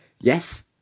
Yes